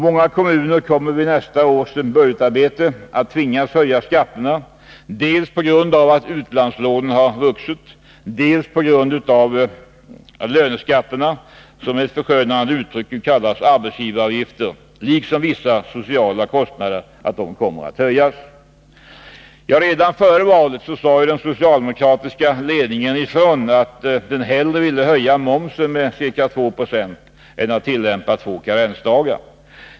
Många kommuner kommer vid nästa års budgetarbete att tvingas höja skatterna, dels på grund av att utlandslånen vuxit, dels på grund av att löneskatterna, som med ett förskönande uttryck kallas arbetsgivaravgifter, kommer att höjas, liksom vissa sociala kostnader. Redan före valet sade den socialdemokratiska ledningen ifrån att den hellre ville höja momsen med ca 2 9 än tillämpa två karensdagar.